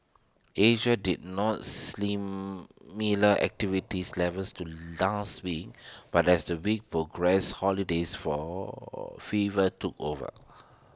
Asia did not slim miller activities levels to last week but as the week progressed holidays for fever took over